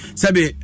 sabi